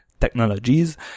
technologies